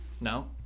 No